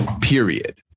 Period